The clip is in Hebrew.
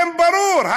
זה ברור,